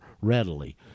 readily